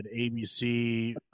ABC